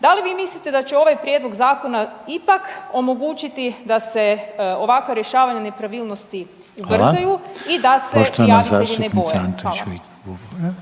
Da li vi mislite da će ovaj prijedlog zakona ipak omogućiti da se ovakvo rješavanje nepravilnosti ubrzaju i da se prijavitelji ne boje?